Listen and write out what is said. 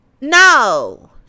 No